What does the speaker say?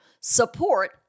support